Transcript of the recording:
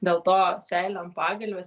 dėl to seilė ant pagalvės